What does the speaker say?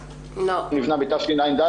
--- נבנה בתשע"ד,